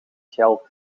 geld